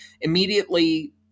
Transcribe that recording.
immediately